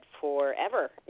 forever